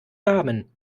namen